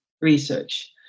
research